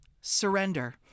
surrender